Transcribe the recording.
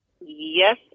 Yes